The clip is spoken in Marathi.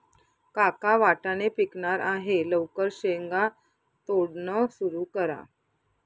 काका वाटाणे पिकणार आहे लवकर शेंगा तोडणं सुरू करा